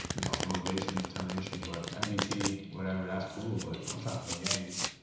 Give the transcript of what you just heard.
you know, motivation, determination, but and mvp, whatever, that's cool, but i'm trying to win games.